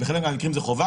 בחלק מהמקרים זה חובה.